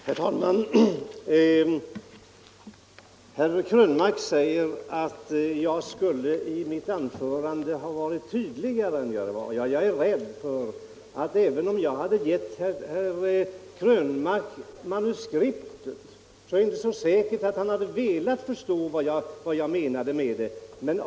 Herr talman! Herr Krönmark säger att jag borde ha varit tydligare i mitt anförande än vad jag var. Jag är rädd för att även om jag hade gett herr Krönmark manuskriptet hade han inte velat förstå vad jag menade med det.